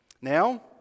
now